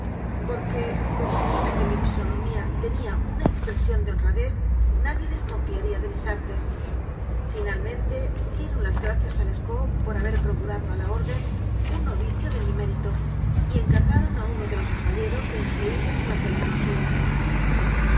porque como quiera que mi fisonomía tenía una expresión de honradez nadie desconfiaría de mis artes final mente dieron las gracias a lescaut por haber pro curado a la orden un novicio de mi mérito y en cargaron a uno de los caballeros de instruirme durante algunos días